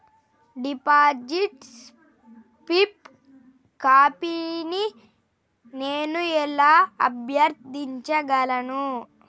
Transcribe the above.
Deposit slip కాపీని నేను ఎలా అభ్యర్థించగలను?